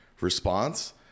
response